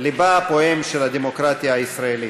לבה הפועם של הדמוקרטיה הישראלית.